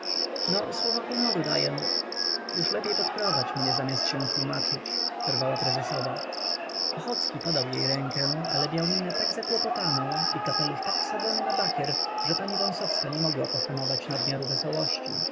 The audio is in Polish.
no słowo honoru daję już lepiej podprowadź mnie zamiast się tłómaczyć przerwała prezesowa ochocki podał jej rękę ale miał minę tak zakłopotaną i kapelusz tak wsadzony na bakier że pani wąsowska nie mogła pohamować nadmiaru wesołości